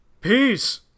Peace